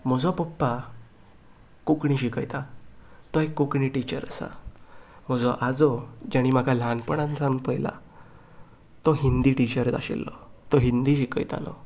म्हजो पप्पा कोंकणी शिकयता तो एक कोंकणी टिचर आसा म्हजो आजो जांणी म्हाका ल्हानपणानसान पयला तों हिंदी टिचर आशिल्लो तो हिंदी शिकयतालो